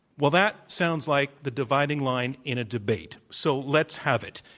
well, that sounds like the dividing line in a debate. so let's have it.